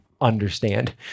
understand